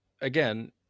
again